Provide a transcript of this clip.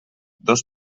dos